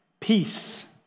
peace